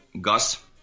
Gus